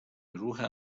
روح